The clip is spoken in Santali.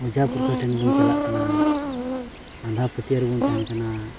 ᱳᱡᱷᱟ ᱠᱚᱴᱷᱮᱱ ᱵᱚᱱ ᱪᱟᱞᱟᱜ ᱠᱟᱱᱟ ᱟᱸᱫᱷᱟᱯᱟᱹᱛᱭᱟᱹᱣ ᱨᱮᱵᱚᱱ ᱛᱟᱦᱮᱱ ᱠᱟᱱᱟ